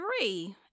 three